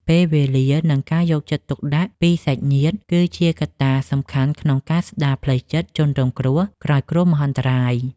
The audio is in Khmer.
ពេលវេលា និងការយកចិត្តទុកដាក់ពីសាច់ញាតិ គឺជាកត្តាសំខាន់ក្នុងការស្តារផ្លូវចិត្តជនរងគ្រោះក្រោយគ្រោះមហន្តរាយ។